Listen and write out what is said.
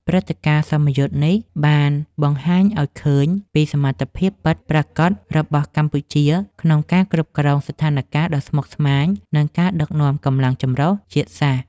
ព្រឹត្តិការណ៍សមយុទ្ធនេះបានបង្ហាញឱ្យឃើញពីសមត្ថភាពពិតប្រាកដរបស់កម្ពុជាក្នុងការគ្រប់គ្រងស្ថានការណ៍ដ៏ស្មុគស្មាញ និងការដឹកនាំកម្លាំងចម្រុះជាតិសាសន៍។